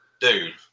dude